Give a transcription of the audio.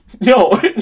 No